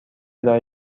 ارائه